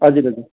हजुर हजुर